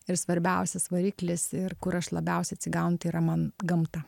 ir svarbiausias variklis ir kur aš labiausiai atsigaunu tai yra man gamta